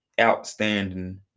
outstanding